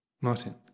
Martin